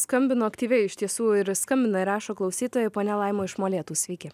skambino aktyviai iš tiesų ir skambina ir rašo klausytojai ponia laima iš molėtų sveiki